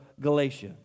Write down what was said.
Galatia